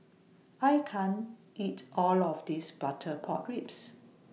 I can't eat All of This Butter Pork Ribs